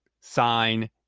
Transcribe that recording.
sign